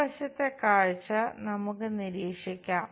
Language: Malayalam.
ഒരു വശത്തെ കാഴ്ച നമുക്ക് നിരീക്ഷിക്കാം